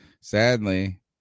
sadly